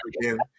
again